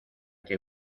que